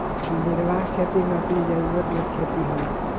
निर्वाह खेती में अपनी जरुरत भर खेती होला